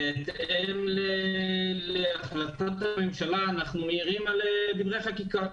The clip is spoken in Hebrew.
בהתאם להחלטת הממשלה, אנחנו מעירים על דברי חקיקה.